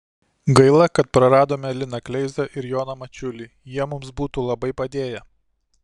gaila kad praradome liną kleizą ir joną mačiulį jie mums būtų labai padėję